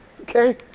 Okay